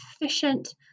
efficient